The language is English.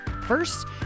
First